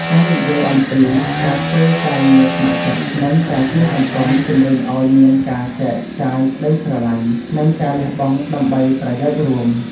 ការនិយាយអំពី ការធ្វើការងារស្ម័គ្រចិត្ត និងការជួយសង្គម ជម្រុញឱ្យមានការចែកចាយក្ដីស្រឡាញ់ និងការលះបង់ដើម្បីប្រយោជន៍រួម។